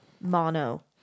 mono